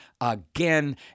again